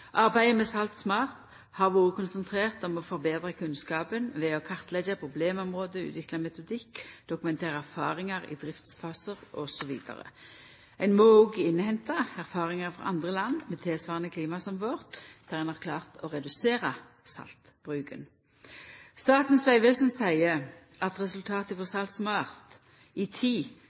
Arbeidet med Salt SMART har vore konsentrert om å forbetra kunnskapen ved å kartleggja problemområde, utvikla metodikk, dokumentera erfaringar i driftsfasar, osv. Ein må òg innhenta erfaringar frå andre land med tilsvarande klima som vårt, der ein har klart å redusera saltbruken. Statens vegvesen seier at resultatet frå Salt SMART i tid